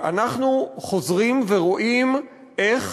אנחנו חוזרים ורואים איך